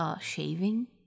Shaving